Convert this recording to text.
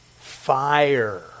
fire